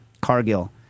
Cargill